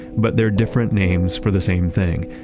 but they're different names for the same thing,